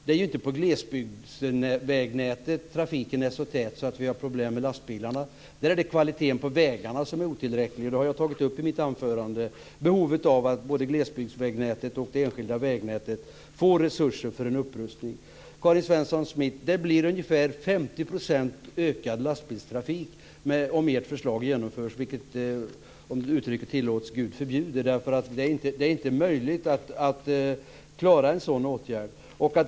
Det är inte på vägnätet i glesbygden som trafiken är så tät att vi har problem med lastbilar. Där är det kvaliteten på vägarna som är otillräcklig. Jag har i mitt anförande tagit upp behovet av att både glesbygdsnätet och det enskilda vägnätet får resurser för en upprustning. Karin Svensson Smith, det blir ungefär 50 % ökad lastbilstrafik om ert förslag genomförs, vilket, om uttrycket tillåts, Gud förbjude. Det är inte möjligt att klara en sådan åtgärd.